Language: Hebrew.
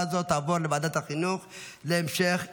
הזאת תעבור לוועדת החינוך להמשך דיון.